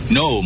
no